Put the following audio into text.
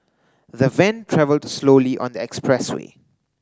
the van travelled slowly on the expressway